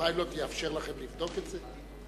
הפיילוט אפשר לכם לבדוק את זה?